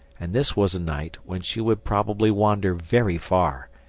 and this was a night when she would probably wander very far,